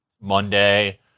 Monday